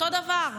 אותו דבר,